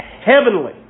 Heavenly